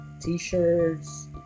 T-shirts